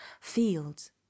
fields